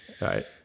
right